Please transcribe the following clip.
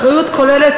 אחריות כוללת,